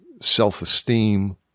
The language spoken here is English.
self-esteem